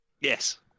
Yes